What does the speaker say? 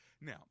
now